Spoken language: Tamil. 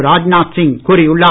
ராஜ்நாத் சிங் கூறியுள்ளார்